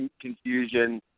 confusion